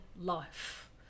life